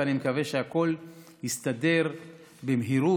ואני מקווה שהכול יסתדר במהירות